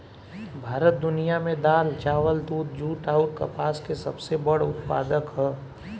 भारत दुनिया में दाल चावल दूध जूट आउर कपास के सबसे बड़ उत्पादक ह